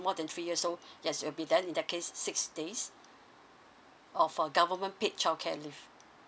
more than three years so yes it'll be then in that case six days of uh government paid childcare leave